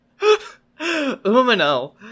Umino